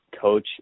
coach